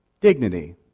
dignity